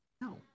no